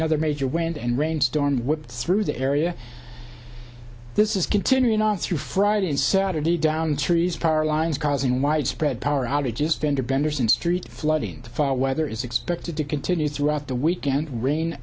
another major wind and rain storm whipped through the area this is continuing on through friday and saturday downed trees power lines causing widespread power outages fender benders and street flooding to fall weather is expected to continue throughout the weekend rain